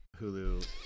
Hulu